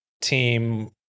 team